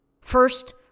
First